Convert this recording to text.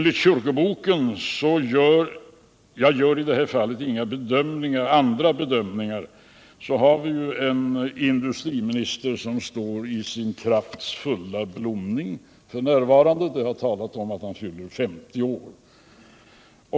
Enligt kyrkoboken -— jag gör i det här fallet inga andra bedömningar — har vi en industriminister som står i sin krafts fulla blomning f. n.; det har talats om att han fyller 50 år.